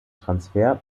transfer